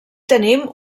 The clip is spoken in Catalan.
tenim